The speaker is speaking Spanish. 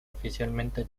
oficialmente